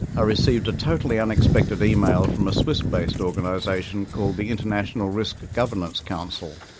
i received a totally unexpected email from a swiss-based organization called the international risk governance council.